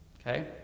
Okay